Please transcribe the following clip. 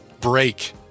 break